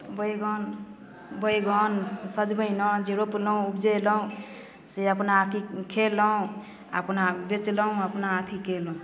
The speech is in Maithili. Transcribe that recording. बैगन बैगन स सजमैन आर जे रोपलहुँ उपजेलहुँ से अपना कि खयलहुँ अपना बेचलहुँ अपना अथी कयलहुँ